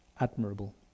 Admirable